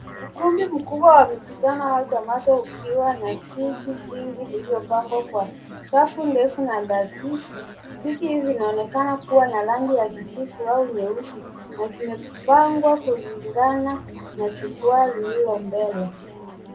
Ukumbi mkubwa wa mikutano au tamasha ukiwa na viti vingi vilivyopangwa kwa safu ndefu na nadhifu. Viti hivi vinaonekana kuwa na rangi ya kijivu au nyeusi na vimepangwa kulingana na jukwaa lililo mbele.